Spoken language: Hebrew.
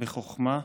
בחוכמה,